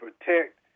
protect